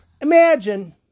Imagine